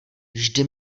vždy